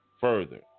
further